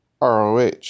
ROH